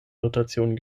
notation